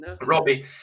robbie